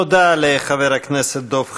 תודה לחבר הכנסת דב חנין,